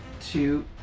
two